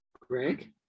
Greg